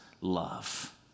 love